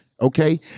Okay